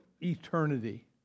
eternity